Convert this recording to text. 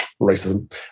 racism